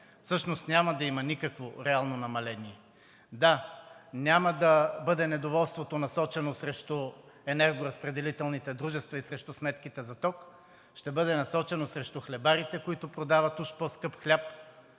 всъщност няма да има никакво реално намаление. Да, недоволството няма да бъде насочено срещу енергоразпределителните дружества и срещу сметките за ток, а ще бъде насочено срещу хлебарите, които продават уж по-скъп хляб,